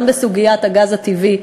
גם בסוגיית הגז הטבעי.